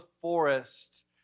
forest